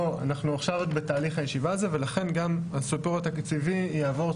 אנחנו עכשיו רק בתהליך הישיבה הזה ולכן גם הסיפור התקציבי יעבור.